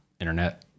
internet